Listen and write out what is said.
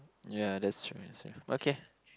ya that's true as well okay